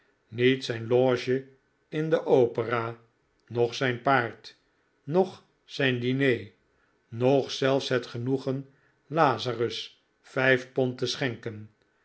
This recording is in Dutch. niet zijn loge in de opera noch zijn paard noch zijn diner noch zelfs het genoegen lazarus vijf pond te schenken